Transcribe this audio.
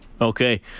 Okay